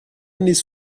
نیز